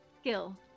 skill